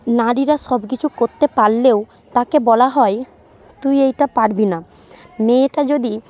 নারীরা সবকিছু করতে পারলেও তাকে বলা হয় তুই এইটা পারবি না মেয়েটা যদি